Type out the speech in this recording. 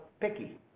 picky